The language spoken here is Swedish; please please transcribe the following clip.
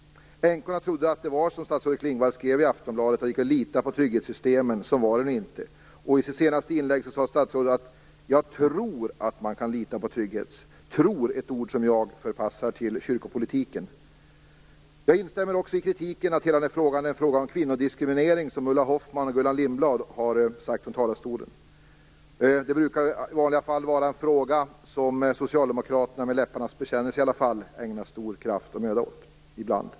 Änkorna trodde att det var som statsrådet Klingvall skrev i Aftonbladet - att det gick att lita på trygghetssystemen. Så var det nu inte. I sitt senaste inlägg sade statsrådet att hon tror att man kan lita på trygghetssystemen. "Tror" är ett ord som jag förpassar till kyrkopolitiken. Jag instämmer också i kritiken som Ulla Hoffmann och Gullan Lindblad framfört från talarstolen, dvs. att allt det här är en fråga om kvinnodiskriminering. I vanliga fall brukar det vara en fråga som Socialdemokraterna, i alla fall med läpparnas bekännelse, ägnar stor kraft och möda - ibland.